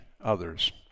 others